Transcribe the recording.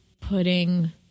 putting